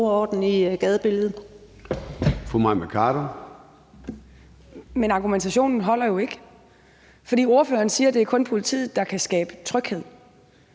Men argumentationen holder jo ikke, for ordføreren siger, at det kun er politiet, der kan skabe tryghed.